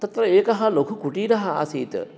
तत्र एकः लघुकुटीरः आसीत्